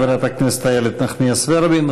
חברת הכנסת איילת נחמיאס ורבין.